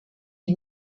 die